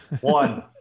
one